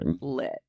lit